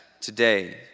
today